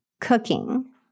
cooking